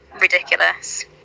ridiculous